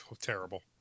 Terrible